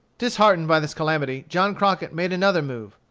disheartened by this calamity, john crockett made another move.